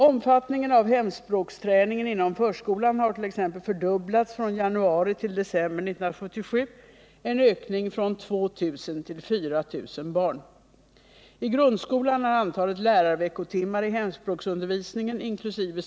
Omfattningen av hemspråksträningen inom förskolan har t.ex. fördubblats från januari till december 1977, en ökning från 2 000 till 4 000 barn. I grundskolan har antalet lärarveckotimmar i hemspråksundervisningen inkl.